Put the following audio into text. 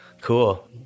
Cool